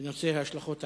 בנושא ההשלכות הערכיות.